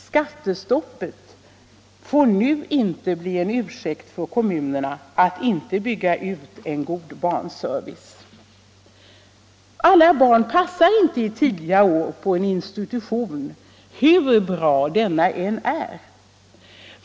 ”Skattestoppet” får nu inte bli en ursäkt för kommunerna att inte bygga ut en god barnservice. Alla barn passar inte i tidiga år på en institution, hur bra denna än är.